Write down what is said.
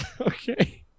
Okay